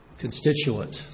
constituent